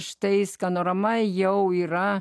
šeštais skanorama jau yra